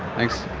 thanks.